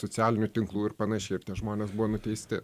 socialinių tinklų ir panašiai ir tie žmonės buvo nuteisti